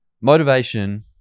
Motivation